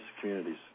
communities